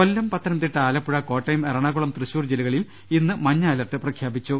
കൊല്ലം പത്തനംതിട്ട ആലപ്പുഴ കോട്ടയം എറണാകുളം തൃശൂർ ജില്ലകളിൽ ഇന്ന് മഞ്ഞ അലർട്ട് പ്രഖ്യാപിച്ചു